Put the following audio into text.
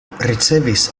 ricevis